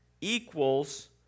equals